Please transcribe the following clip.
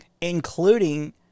including